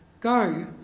Go